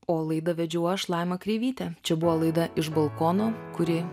o laidą vedžiau aš laima kreivytė čia buvo laida iš balkono kuri